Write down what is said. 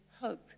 hope